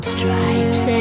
Stripes